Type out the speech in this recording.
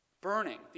Burning